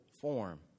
form